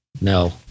No